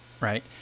right